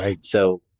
So-